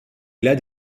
glas